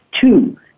Two